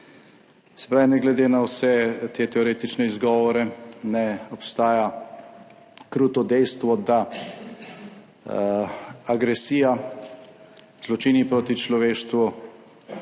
Se pravi, ne glede na vse te teoretične izgovore ne obstaja kruto dejstvo, da agresija, zločini proti človeštvu,